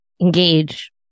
engage